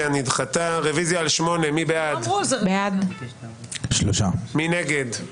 הצבעה בעד, 4 נגד,